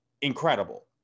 incredible